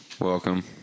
Welcome